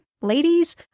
ladies